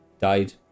died